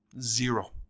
zero